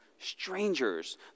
Strangers